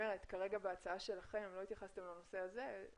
בהצעה שלכם לא התייחסתם לנושא הזה.